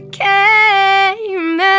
came